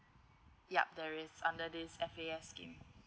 yup there is under this F_A_S scheme